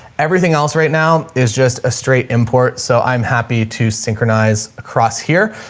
everything else right now is just a straight import, so i'm happy to synchronize across here